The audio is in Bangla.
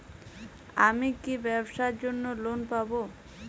আমি কি ব্যবসার জন্য লোন পাব?